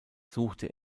suchte